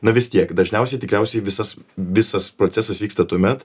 na vis tiek dažniausiai tikriausiai visas visas procesas vyksta tuomet